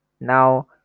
now